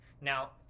Now